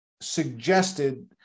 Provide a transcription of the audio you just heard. suggested